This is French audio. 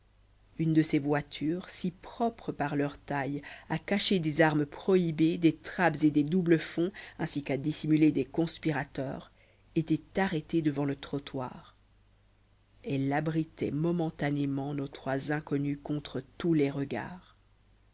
une de ces voitures si propres par leur taille à cacher des armes prohibées des trappes et des double fonds ainsi qu'à dissimuler des conspirateurs était arrêtée devant le trottoir elle abritait momentanément nos trois inconnus contre tous les regards